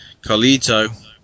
Carlito